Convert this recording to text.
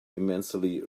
immensely